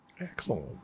Excellent